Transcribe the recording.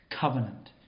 covenant